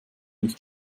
nicht